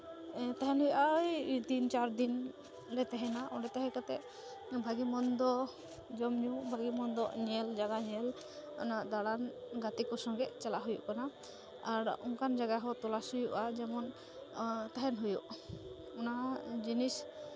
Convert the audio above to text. ᱛᱟᱦᱮᱱ ᱦᱩᱭᱩᱜᱼᱟ ᱳᱭ ᱛᱤᱱ ᱪᱟᱨ ᱫᱤᱱᱞᱮ ᱛᱟᱦᱮᱱᱟ ᱚᱸᱰᱮ ᱛᱟᱦᱮᱸ ᱠᱟᱛᱮᱫ ᱵᱷᱟᱹᱜᱤ ᱢᱚᱱᱫᱚ ᱡᱚᱢᱼᱧᱩ ᱵᱷᱟᱹᱜᱤ ᱢᱚᱱᱫᱚ ᱧᱮᱞ ᱡᱟᱭᱜᱟ ᱧᱮᱞ ᱚᱱᱟ ᱫᱟᱬᱟᱱ ᱜᱟᱛᱮ ᱠᱚ ᱥᱚᱸᱜᱮᱜ ᱪᱟᱞᱟᱜ ᱦᱩᱭᱩᱜ ᱠᱟᱱᱟ ᱟᱨ ᱚᱱᱠᱟᱱ ᱡᱟᱭᱜᱟ ᱦᱚᱸ ᱛᱚᱞᱟᱥ ᱦᱩᱭᱩᱜᱼᱟ ᱡᱮᱢᱚᱱ ᱛᱟᱦᱮᱱ ᱦᱩᱭᱩᱜ ᱚᱱᱟ ᱡᱤᱱᱤᱥ